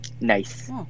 Nice